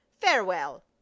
Farewell